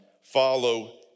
follow